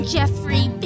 Jeffrey